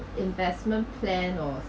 investment plan or